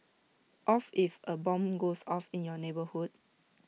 of if A bomb goes off in your neighbourhood